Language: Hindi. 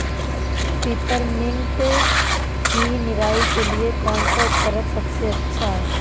पिपरमिंट की निराई के लिए कौन सा उपकरण सबसे अच्छा है?